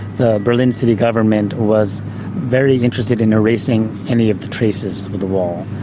the berlin city government was very interested in erasing any of the traces of the wall.